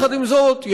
עם זאת,